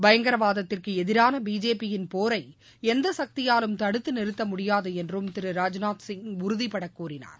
பயங்கரவாதத்திற்கு எதிரான பிஜேபியிள் போரை எந்த சக்தியாலும் தடுத்த நிறுத்த முடியாது என்றும் திரு ராஜ்நாத் சிங் உறுதிபட கூறினார்